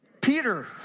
Peter